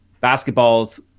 Basketball's